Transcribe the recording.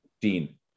Dean